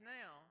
now